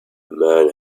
man